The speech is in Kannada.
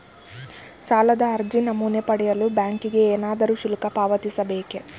ಸಾಲದ ಅರ್ಜಿ ನಮೂನೆ ಪಡೆಯಲು ಬ್ಯಾಂಕಿಗೆ ಏನಾದರೂ ಶುಲ್ಕ ಪಾವತಿಸಬೇಕೇ?